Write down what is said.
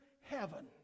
heaven